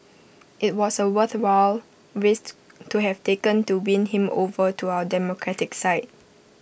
IT was A worthwhile risk to have taken to win him over to our democratic side